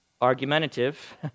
argumentative